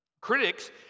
Critics